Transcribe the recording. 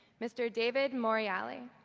mr. david morreale.